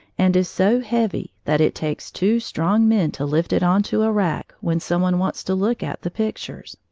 and is so heavy that it takes two strong men to lift it on to a rack when some one wants to look at the pictures.